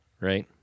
right